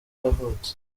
yavutse